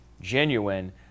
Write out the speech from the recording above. genuine